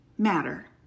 matter